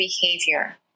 behavior